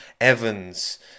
Evans